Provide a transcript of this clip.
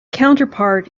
counterpart